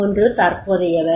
ஒன்று தற்போதைய வேலை